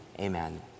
Amen